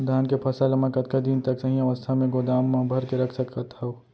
धान के फसल ला मै कतका दिन तक सही अवस्था में गोदाम मा भर के रख सकत हव?